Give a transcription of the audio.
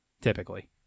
Typically